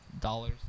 dollars